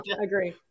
agree